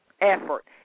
effort